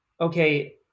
okay